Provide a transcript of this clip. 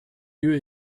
lieu